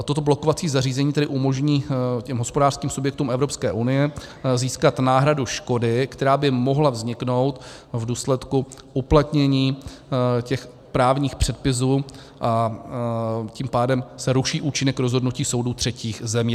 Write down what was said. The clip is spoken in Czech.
Toto blokovací zařízení tedy umožní těm hospodářským subjektům Evropské unie získat náhradu škody, která by mohla vzniknout v důsledku uplatnění těch právních předpisů, a tím pádem se ruší účinek rozhodnutí soudů třetích zemí.